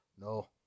No